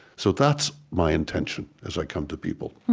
so that's my intention as i come to people